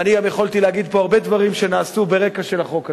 ואני גם יכולתי להגיד פה הרבה דברים שנעשו ברקע של החוק הזה.